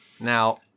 Now